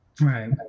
Right